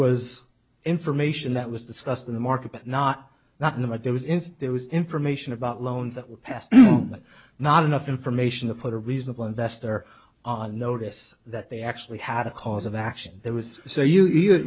was information that was discussed in the market but not not know what there was instead was information about loans that were passed but not enough information to put a reasonable investor on notice that they actually had a cause of action there was so you